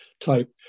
type